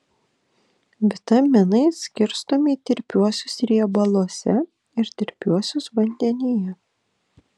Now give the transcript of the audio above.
vitaminai skirstomi į tirpiuosius riebaluose ir tirpiuosius vandenyje